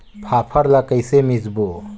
फाफण ला कइसे मिसबो?